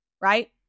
right